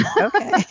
okay